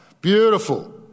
Beautiful